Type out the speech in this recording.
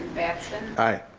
batson. i.